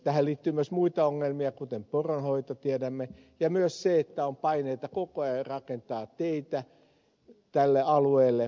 tähän liittyy myös muita ongelmia kuten poronhoito ja myös se että on paineita koko ajan rakentaa teitä tälle alueelle